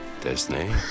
Disney